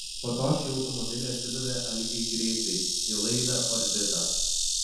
po to šį automobilį atidavė algiui greitai į laidą orbita